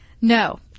No